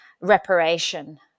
reparation